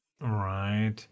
right